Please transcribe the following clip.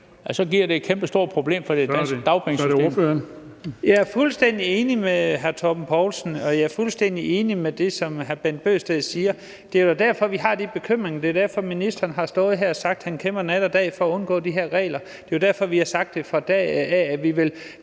Så er det ordføreren. Kl. 14:43 Leif Lahn Jensen (S): Jeg er fuldstændig enig med hr. Torben Poulsen, og jeg er fuldstændig enig i det, som hr. Bent Bøgsted siger. Det er derfor, vi har de bekymringer. Det er derfor, ministeren har stået her og sagt, at han kæmper nat og dag for at undgå de her regler. Det er jo derfor, vi har sagt fra dag et, at vi vil